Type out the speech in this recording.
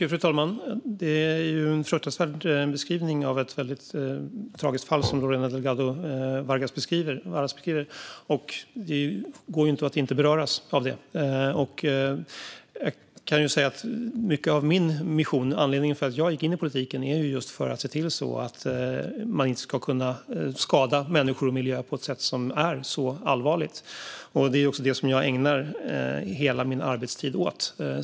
Fru talman! Det är ju en fruktansvärd beskrivning av ett väldigt tragiskt fall som Lorena Delgado Varas ger. Det går inte att inte beröras av den. Jag kan säga att mycket av min mission, anledningen till att jag gick in i politiken, är att se till att man inte ska kunna skada människor och miljö på ett så här allvarligt sätt. Det är också det jag ägnar hela min arbetstid åt.